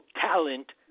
talent